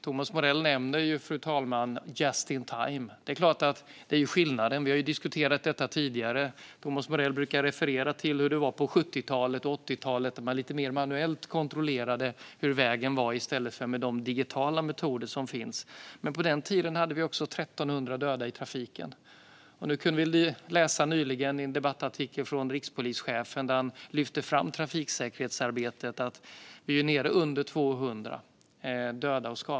Thomas Morell nämner just in time, fru talman. Det är klart att det är en skillnad. Vi har diskuterat detta tidigare. Thomas Morell brukar referera till hur det var på 70-talet och 80talet, då man kontrollerade hur vägen var lite mer manuellt i stället för med de digitala metoder som finns i dag. Men på den tiden hade vi också 1 300 döda i trafiken. Nyligen kunde vi läsa i en debattartikel från rikspolischefen, där han lyfte fram trafiksäkerhetsarbetet, att vi är nere under 200 döda.